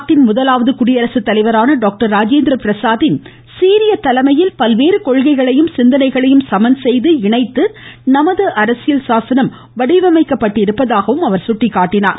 நாட்டின் முதலாவது குடியரசுத் தலைவரான டாக்டர் ராஜேந்திர பிரசாத்தின் சீரிய தலைமையின் பல்வேறு கொள்கைகளையும் சிந்தனைகளையும் சமன் செய்து இணைத்து நமது அரசியல் சாசனம் வடிவமைக்கப் பட்டதாக அவர் சுட்டிக்காட்டினார்